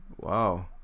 wow